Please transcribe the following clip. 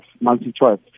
multi-choice